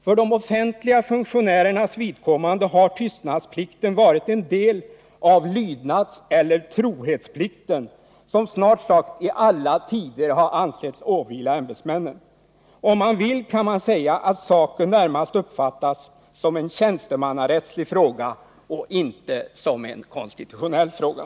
För de offentliga funktionärernas vidkommande har tystnadsplikten varit en del av lydnadseller trohetsplikten, som snart sagt i alla tider ansetts åvila ämbetsmännen. Om man vill kan man säga att saken närmast uppfattats som en tjänstemannarättslig fråga och inte som en konstitutionell fråga.